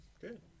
good